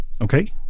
Okay